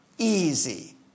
easy